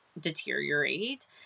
deteriorate